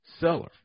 seller